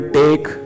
take